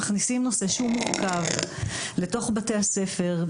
מכניסים נושא שהוא מורכב לתֹוך בתי הספר,